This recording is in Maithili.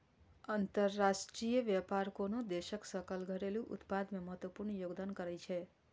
अंतरराष्ट्रीय व्यापार कोनो देशक सकल घरेलू उत्पाद मे महत्वपूर्ण योगदान करै छै